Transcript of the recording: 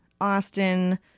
Austin